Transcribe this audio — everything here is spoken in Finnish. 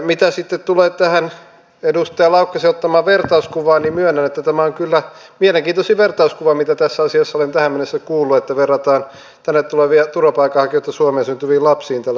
mitä tulee tähän edustaja laukkasen ottamaan vertauskuvaan niin myönnän että tämä on kyllä mielenkiintoisin vertauskuva mitä tässä asiassa olen tähän mennessä kuullut että verrataan tänne tulevia turvapaikanhakijoita suomeen syntyviin lapsiin tällä tavalla